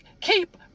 keep